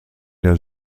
der